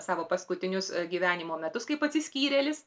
savo paskutinius gyvenimo metus kaip atsiskyrėlis